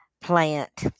plant